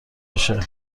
بشه